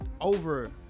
over